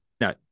no